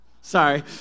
Sorry